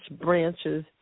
branches